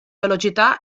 velocità